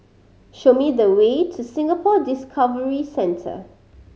show me the way to Singapore Discovery Centre